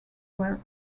were